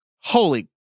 Holy